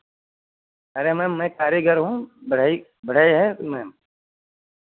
अरे मैम मैं कारीगर हूँ बढ़ई बढ़ई है मैम